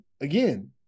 again